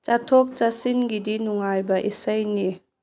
ꯆꯠꯊꯣꯛ ꯆꯠꯁꯤꯟꯒꯤꯗꯤ ꯅꯨꯡꯉꯥꯏꯕ ꯏꯁꯩꯅꯤ